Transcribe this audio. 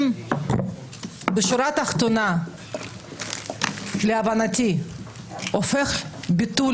בשורה התחתונה להבנתי זה הופך את ביטול